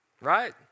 Right